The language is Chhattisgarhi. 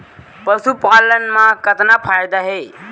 पशुपालन मा कतना फायदा हे?